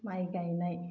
माइ गायनाय